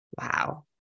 Wow